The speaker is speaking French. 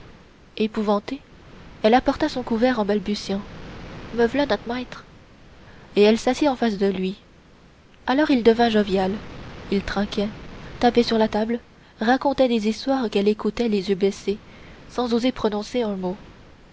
épouvantée elle apporta son couvert en balbutiant me v'là not maître et elle s'assit en face de lui alors il devint jovial il trinquait tapait sur la table racontait des histoires qu'elle écoutait les yeux baissés sans oser prononcer un mot